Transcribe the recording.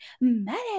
medic